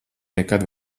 nekad